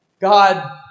God